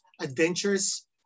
adventures